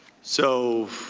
so